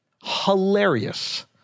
hilarious